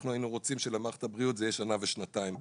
אנחנו היינו רוצים שלמערכת הבריאות זה יהיה שנה ושנתיים בהתאמה,